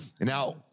Now